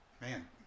Man